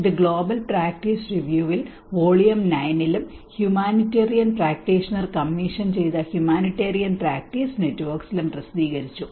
ഇത് global practice റിവ്യൂവിൽ volume 9 ലും ഹ്യൂമാനിറ്റേറിയൻ പ്രാക്ടീഷണർ കമ്മീഷൻ ചെയ്ത ഹ്യൂമാനിറ്റേറിയൻ പ്രാക്ടീസ് നെറ്റ്വർക്കിലും പ്രസിദ്ധീകരിച്ചു